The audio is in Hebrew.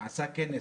הוא עשה אז כנס